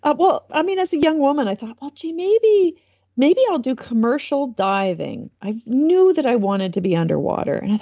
well, i mean, as a young woman, i thought, well, gee. maybe maybe i'll do commercial diving. i knew that i wanted to be underwater, and